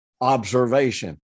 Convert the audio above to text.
observation